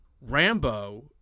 Rambo